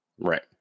right